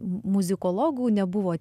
muzikologų nebuvo